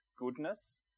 goodness